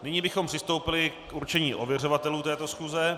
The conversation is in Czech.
Nyní bychom přistoupili k určení ověřovatelů této schůze.